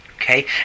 Okay